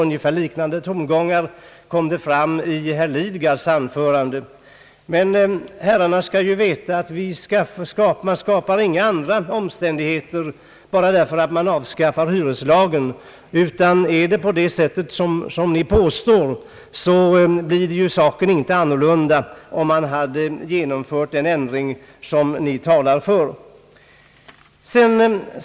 Ungefär liknande tongångar kom fram i herr Lidgards anförande. Men herrarna skall veta att man inte skapar andra omständigheter enbart genom att avskaffa hyresregleringslagen. Är det som ni påstår, blir saken inte annorlunda om map. genomför den ändring ni talar för.